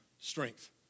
strength